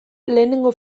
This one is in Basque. lehenengo